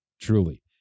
Truly